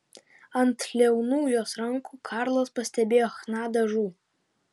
ant liaunų jos rankų karlas pastebėjo chna dažų